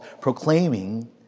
proclaiming